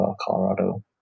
Colorado